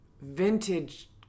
vintage